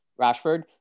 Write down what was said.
Rashford